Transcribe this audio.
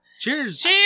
Cheers